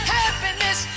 happiness